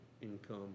income